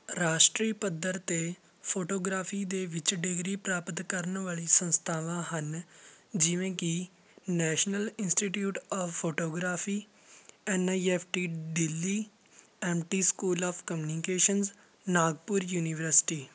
ਰਾਸ਼ਟਰੀ ਪੱਧਰ 'ਤੇ ਫੋਟੋਗ੍ਰਾਫੀ ਦੇ ਵਿੱਚ ਡਿਗਰੀ ਪ੍ਰਾਪਤ ਕਰਨ ਵਾਲੀ ਸੰਸਥਾਵਾਂ ਹਨ ਜਿਵੇਂ ਕਿ national institute of photography N I F T Delhi M T school of communications Nagpur university